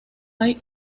hay